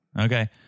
Okay